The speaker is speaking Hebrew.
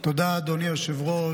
תודה, אדוני היושב-ראש.